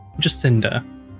Jacinda